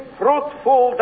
fruitful